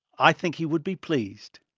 i think he would be pleased.